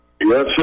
Yes